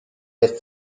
lässt